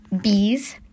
bees